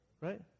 right